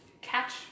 catch